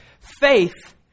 Faith